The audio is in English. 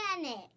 planet